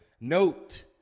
Note